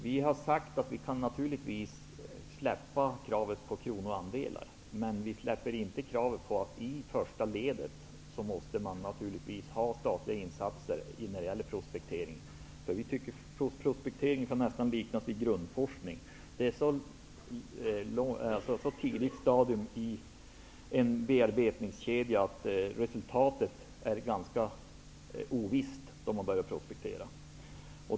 Vi har sagt att vi kan släppa kravet på kronoandelar. Men vi släpper inte kravet på att man i första ledet måste ha statliga insatser när det gäller prospektering. Prospekteringen kan nästan liknas vid grundforskning. Det är ett tidigt stadium i en bearbetningskedja, och resultatet är då ganska ovisst.